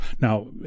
Now